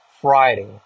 Friday